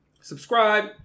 Subscribe